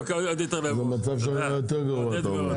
אז המצב נהיה יותר גרוע.